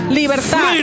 libertad